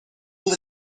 will